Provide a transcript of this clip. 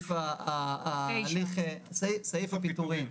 סעיף הפיטורים.